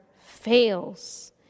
fails